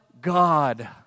God